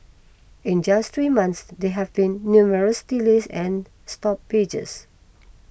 in just three months there have been numerous delays and stoppages